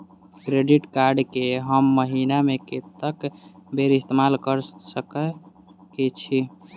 Credit card कऽ हम महीना मे कत्तेक बेर इस्तेमाल कऽ सकय छी?